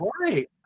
right